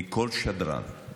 מכל שדרן,